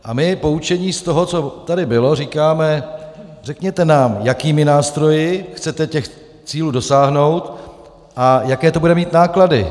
A my, poučeni z toho, co tady bylo, říkáme: Řekněte nám, jakými nástroji chcete těch cílů dosáhnout a jaké to bude mít náklady.